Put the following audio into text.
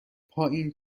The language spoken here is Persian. پایین